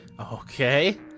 Okay